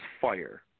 fire